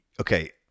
okay